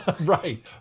Right